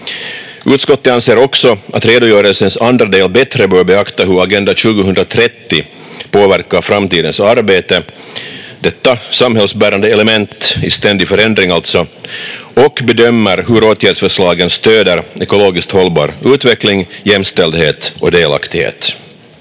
Utskottet anser också att redogörelsens andra del bättre bör beakta hur Agenda 2030 påverkar framtidens arbete, detta samhällsbärande element i ständig förändring alltså, och bedömer hur åtgärdsförslagen stöder ekologiskt hållbar utveckling, jämställdhet och delaktighet.